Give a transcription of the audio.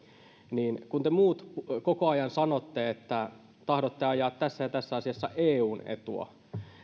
niin kun te muut koko ajan sanotte että tahdotte ajaa tässä ja tässä asiassa eun etua